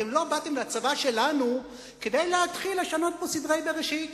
אתם לא באתם לצבא שלנו כדי להתחיל לשנות פה סדרי בראשית.